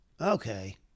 okay